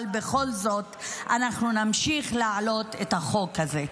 אבל בכל זאת נמשיך להעלות את החוק הזה.